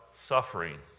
Suffering